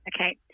Okay